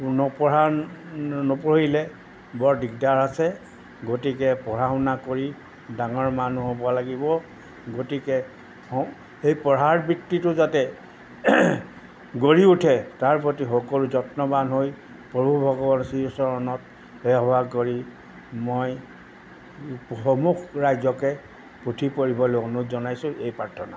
নপঢ়া নপঢ়িলে বৰ দিগদাৰ আছে গতিকে পঢ়া শুনা কৰি ডাঙৰ মানুহ হ'ব লাগিব গতিকে অঁ এই পঢ়াৰ বৃত্তিটো যাতে গঢ়ি উঠে তাৰ প্ৰতি সকলো যত্নৱান হৈ প্ৰভু ভগৱানৰ শ্ৰীচৰণত সেৱা কৰি মই সমূহ ৰাজ্যকে পুথি পঢ়িবলৈ অনুৰোধ জনাইছোঁ এয়ে প্ৰাৰ্থনা